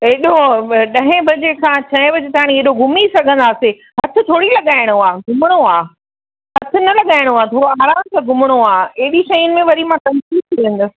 हेॾो ॾहें बजे खां छहें बजे ताईं हेॾो घुमी सघंदासीं हथु थोरी लॻाइणो आहे घुमिणो आहे हथु न लॻाइणो आहे थोरो आरामु सां घुमिणो आहे हेॾी शयुनि में मां वरी कंफ़्यूस थी वेंदसि